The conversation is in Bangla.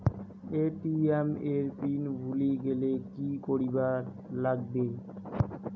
এ.টি.এম এর পিন ভুলি গেলে কি করিবার লাগবে?